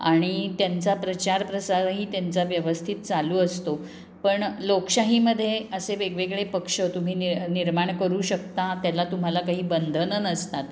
आणि त्यांचा प्रचार प्रसारही त्यांचा व्यवस्थित चालू असतो पण लोकशाहीमध्ये असे वेगवेगळे पक्ष तुम्ही नि निर्माण करू शकता त्याला तुम्हाला काही बंधनं नसतात